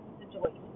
situation